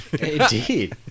Indeed